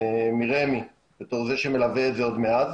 מרמ"י בתור זה שמלווה את זה עוד מאז.